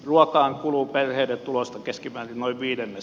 ruokaan kuluu perheiden tulosta keskimäärin noin viidennes